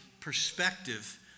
perspective